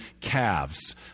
calves